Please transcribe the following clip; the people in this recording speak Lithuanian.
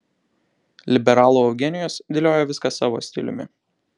liberalų eugenijus dėlioja viską savo stiliumi